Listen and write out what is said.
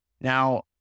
Now